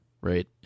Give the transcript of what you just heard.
right